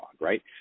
right